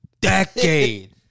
decade